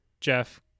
Jeff